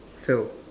so